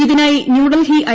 ഇതിനായി ന്യൂഡൽഹി ഐ